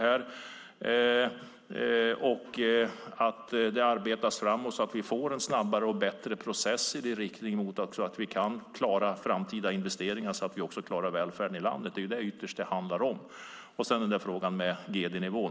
Vi måste arbeta framåt för att få en snabbare och bättre process så att vi kan klara framtida investeringar och välfärden i landet. Det är vad det ytterst handlar om. Dessutom har vi frågan om gd-nivån.